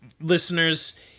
listeners